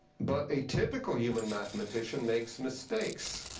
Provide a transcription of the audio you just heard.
but a typical human mathematician makes mistakes.